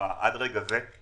עד לרגע זה,